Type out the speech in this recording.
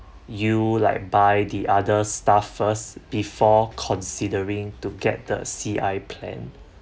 you like buy the other stuff first before considering to get the C_I plan